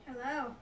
Hello